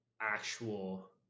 actual